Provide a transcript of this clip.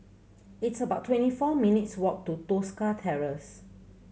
it's about twenty four minutes' walk to Tosca Terrace